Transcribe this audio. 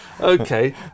Okay